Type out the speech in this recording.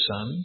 Son